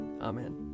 Amen